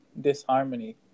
disharmony